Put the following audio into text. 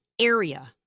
area